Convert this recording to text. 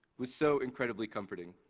was so incredibly comforting.